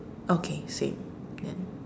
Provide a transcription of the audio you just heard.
okay same then